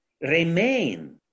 remain